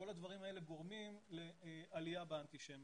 כאשר כל הדברים האלה גורמים לעלייה באנטישמיות.